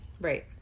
right